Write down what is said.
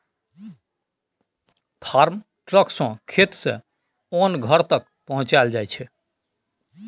farm truck सँ खेत सँ ओन घर तक पहुँचाएल जाइ छै